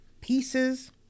pieces